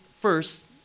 first